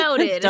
Noted